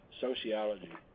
sociology